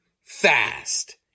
fast